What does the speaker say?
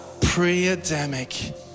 Pre-Adamic